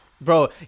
bro